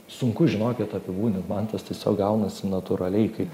sunku žinokit apibūdint man tas tiesiog gaunasi natūraliai kaip